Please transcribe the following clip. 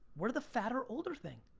we're the fatter, older thing.